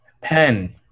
Pen